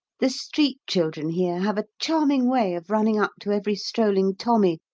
the street children here have a charming way of running up to every strolling tommy,